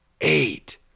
eight